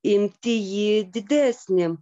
imti jį didesnį